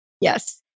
Yes